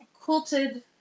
quilted